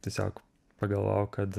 tiesiog pagalvojau kad